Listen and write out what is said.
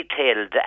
detailed